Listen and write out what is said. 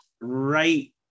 right